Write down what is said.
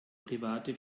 private